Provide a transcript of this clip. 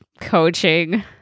coaching